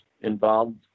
involved